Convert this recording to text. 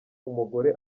umugore